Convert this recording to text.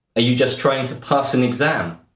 you just trying to pass an exam,